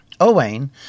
Owain